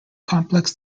complex